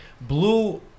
Blue